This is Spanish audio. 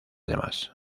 demás